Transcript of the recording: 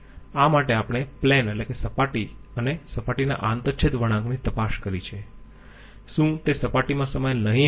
આ માટે આપણે પ્લેન અને સપાટીના આંતરછેદ વળાંકની તપાસ કરી છે શું તે સપાટીમાં સમાયેલ નહીં હોય